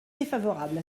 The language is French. défavorable